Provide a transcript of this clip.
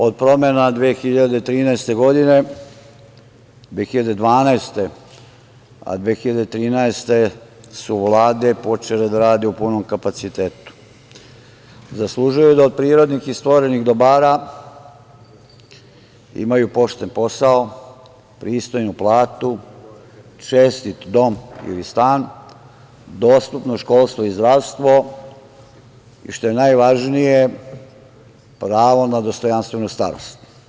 od promena 2012., a 2013, su Vlade počele da rade u punom kapacitetu, zaslužuju da od prirodnih i stvorenih dobara, imaju pošten posao, pristojnu platu, čestit dom ili stan, dostupno školstvo i zdravstvo, i što je najvažnije, pravo na dostojanstvenu starost.